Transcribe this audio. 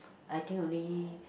I think only